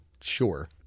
sure